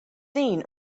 seen